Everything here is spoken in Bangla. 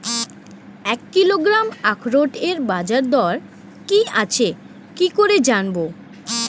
এক কিলোগ্রাম আখরোটের বাজারদর কি আছে কি করে জানবো?